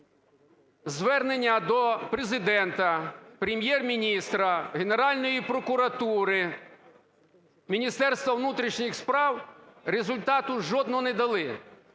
Звернення до Президента, до Прем'єр-міністра, Генеральної прокуратури, Міністерства внутрішніх справ результату жодного не дали,